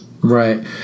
right